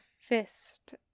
fist